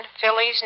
Phillies